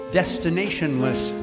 destinationless